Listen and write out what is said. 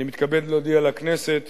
אני מתכבד להודיע לכנסת,